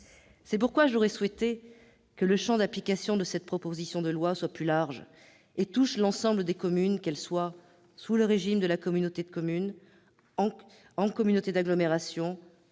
C'est pourquoi j'aurais souhaité que le champ d'application de cette proposition de loi soit plus large et touche l'ensemble des communes, qu'elles soient membres d'une communauté de communes, d'une communauté d'agglomération